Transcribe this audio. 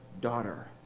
daughter